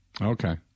Okay